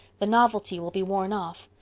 the novelty will be worn off.